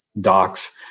docs